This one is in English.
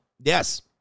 yes